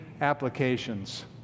applications